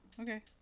okay